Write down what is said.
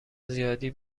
زیادی